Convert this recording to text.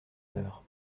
heures